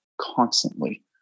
Constantly